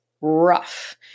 rough